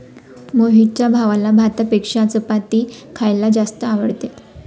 मोहितच्या भावाला भातापेक्षा चपाती खायला जास्त आवडते